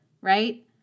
right